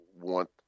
want